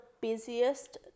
busiest